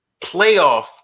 Playoff